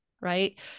right